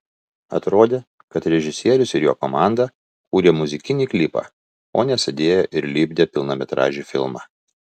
atrodė kad režisierius ir jo komanda kūrė muzikinį klipą o ne sėdėjo ir lipdė pilnametražį filmą